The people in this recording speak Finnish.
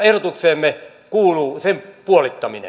ehdotukseemme kuuluu sen puolittaminen